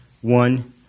one